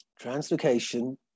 Translocation